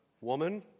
Woman